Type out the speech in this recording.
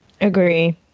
Agree